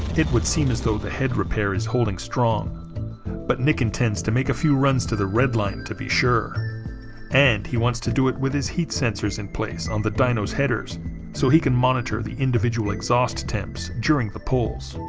it would seem as though the head repair is holding strong but nick intends to make a few runs to the redline to be sure and he wants to do it with his heat sensors in place on the dyno's headers so he can monitor the individual exhaust temps during the pulls.